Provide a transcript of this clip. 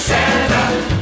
Santa